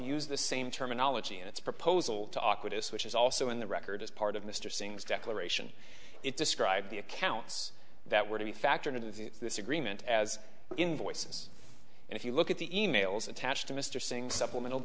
use the same terminology in its proposal to awkwardness which is also in the record as part of mr singh's declaration it described the accounts that were to be factored into this agreement as invoices and if you look at the e mails attached to mr singh supplemental